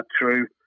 true